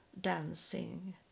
dancing